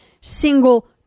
single